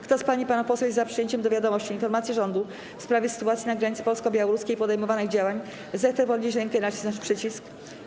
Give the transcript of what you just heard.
Kto z pań i panów posłów jest za przyjęciem do wiadomości informacji rządu w sprawie sytuacji na granicy polsko-białoruskiej i podejmowanych działań, zechce podnieść rękę i nacisnąć przycisk.